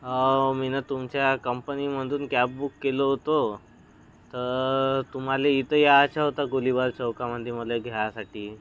हाव मी ना तुमच्या कंपनीमधून कॅब बुक केलो होतो तर तुम्हाला इथे यायचं होतं गोलीबार चौकामध्ये मला घ्यायसाठी